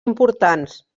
importants